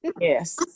Yes